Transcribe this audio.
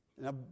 Now